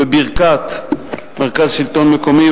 בברכת מרכז השלטון המקומי,